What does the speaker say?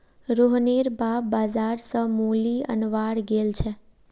रोहनेर बाप बाजार स मूली अनवार गेल छेक